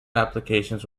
applications